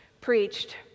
preached